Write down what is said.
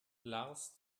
lars